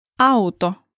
auto